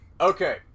Okay